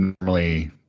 normally